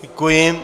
Děkuji.